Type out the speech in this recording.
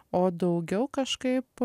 o daugiau kažkaip